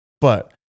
but-